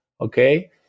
okay